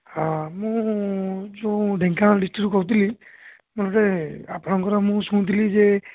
ହଁ ମୁଁ ଯେଉଁ ଢେଙ୍କାନାଳ ଡିଷ୍ଟ୍ରିକ୍ରୁ କହୁଥିଲି ମୋର ଗୋଟେ ଆପଣଙ୍କର ମୁଁ ଶୁଣିଥିଲି ଯେ